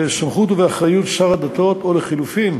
ובאחריות שר הדתות, או לחלופין,